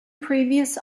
previous